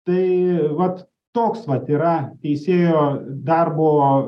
tai vat toks vat yra teisėjo darbo